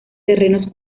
terrenos